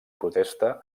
protesta